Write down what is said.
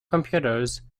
computers